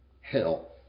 hell